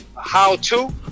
how-to